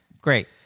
Great